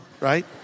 Right